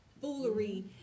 foolery